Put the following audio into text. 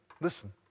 listen